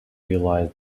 realize